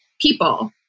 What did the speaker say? people